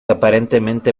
aparentemente